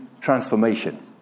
transformation